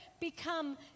become